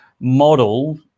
model